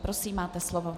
Prosím, máte slovo.